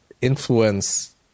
influence